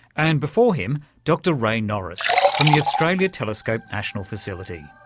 and before him dr ray norris from the australia telescope national facility.